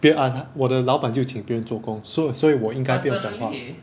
别 ah 我的老板就请别人做工所所以我应该不要讲话